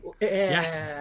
Yes